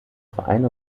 vereine